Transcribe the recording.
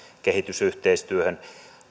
kehitysyhteistyöhön